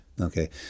okay